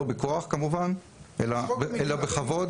לא בכוח, כמובן, אלא בכבוד